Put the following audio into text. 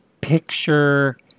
picture